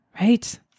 right